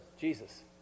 Jesus